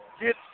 get